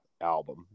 album